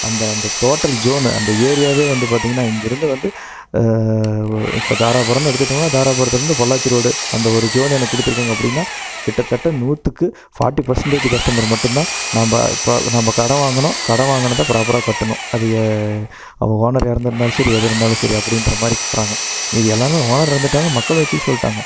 அந்த அந்த total zone அந்த ஏரியாவே வந்து பார்த்திங்கனா இங்கே இருந்து வந்து இப்போ தாராபுரம்னு எடுத்துக்கிட்டோம்னா தாராபுரத்தில் இருந்து பொள்ளாச்சி ரோடு அந்த ஒரு ஜோனு எனக்கு கொடுத்துருக்காங்க அப்படினா கிட்ட தட்ட நூற்றுக்கு ஃபாட்டி பர்சென்டேஜ் கஸ்டமர் மட்டும் தான் நாம் இப்போ நம்ம கடன் வாங்கினோம் கடன் வாங்கினத ப்ராப்பராக கட்டணும் அதை ஓனர் இறந்திருந்தாலும் சரி எது இருந்தாலும் சரி அப்படின்ற மாதிரி கட்டுகிறாங்க மீதி எல்லோருமே ஓனர் இறந்துவிட்டாங்க மக்களை வச்சுக்க சொல்லிட்டாங்க